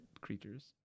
creatures